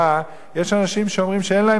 יש אנשים שאומרים שאין להם זמן לזה.